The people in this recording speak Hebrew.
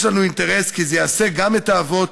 יש לנו אינטרס כי זה יעשה גם את האבות